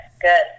Good